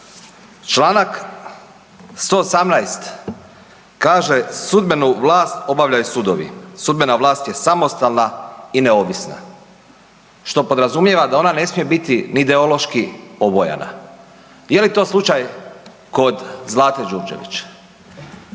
Članak 118. kaže: „Sudbenu vlast obavljaju sudovi. Sudbena vlast je samostalna i neovisna.“ Što podrazumijeva da ona ne smije biti ni ideološki obojena. Je li to slučaj kod Zlate Đurđević?